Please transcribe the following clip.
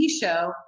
show